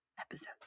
episodes